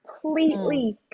completely